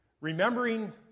remembering